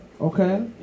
Okay